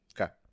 Okay